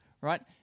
right